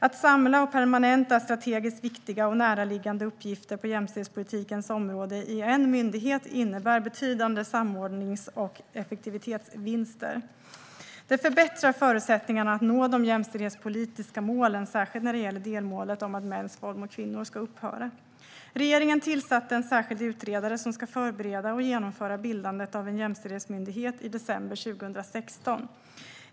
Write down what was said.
Att samla och permanenta strategiskt viktiga och närliggande uppgifter på jämställdhetspolitikens område i en myndighet innebär betydande samordnings och effektivitetsvinster. Det förbättrar förutsättningarna för att nå de jämställdhetspolitiska målen, särskilt när det gäller delmålet om att mäns våld mot kvinnor ska upphöra. Regeringen tillsatte i december 2016 en särskild utredare som ska förbereda och genomföra bildandet av en jämställdhetsmyndighet.